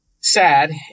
sad